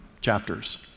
chapters